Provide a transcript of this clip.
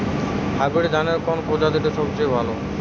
Hybrid ধানের কোন প্রজীতিটি সবথেকে ভালো?